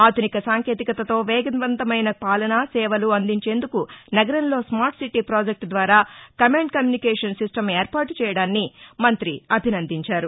ఆధునిక సాంకేతికతతో వేగవంతమైన పాలన సేవలు అందించేందుకు నగరంలో స్మార్ట్సిటీ ప్రాజెక్టు ద్వారా కమాండ్ కమ్యూనికేషన్ సిస్టమ్ ఏర్పాటు చేయడాన్ని మం్తి అభినందించారు